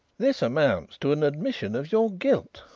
this amounts to an admission of your guilt,